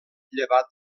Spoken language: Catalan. llevat